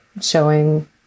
showing